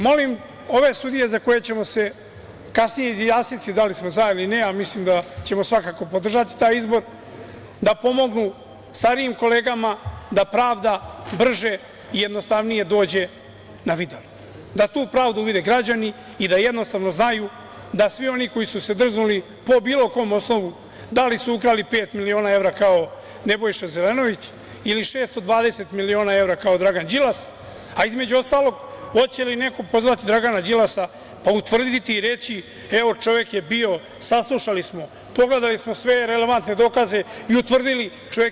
Molim ove sudije za koje ćemo se kasnije izjasniti da li smo za ili ne, a mislim da ćemo svakako podržati taj izbor, da pomognu starijim kolegama da pravda brže i jednostavnije dođe na videlo, da tu pravdu vide građani i da jednostavno znaju da svi oni koji su se drznuli po bilo kom osnovu, da li su ukrali pet miliona evra kao Nebojša Zelenović ili 620 miliona evra kao Dragan Đilas, a između ostalog, hoće li neko pozvati Dragana Đilasa pa utvrditi i reći - evo, čovek je bio, saslušali smo, pogledali smo sve relevantne dokaze i utvrdili da je